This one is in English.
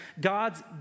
God's